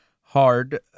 hard